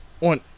On